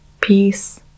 peace